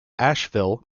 asheville